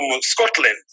Scotland